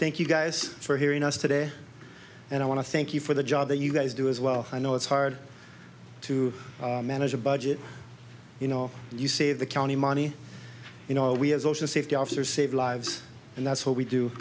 thank you guys for hearing us today and i want to thank you for the job that you guys do as well i know it's hard to manage a budget you know you say the county money you know we have social safety officers save lives and that's what we do